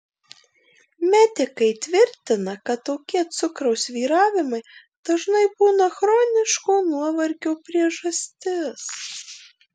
medikai tvirtina kad tokie cukraus svyravimai dažnai būna chroniško nuovargio priežastis